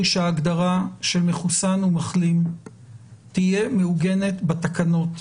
שההגדרה של מחוסן או מחלים תהיה מעוגנת בתקנות,